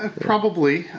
and probably.